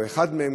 או אחד מהם,